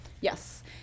Yes